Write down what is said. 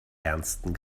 ernsten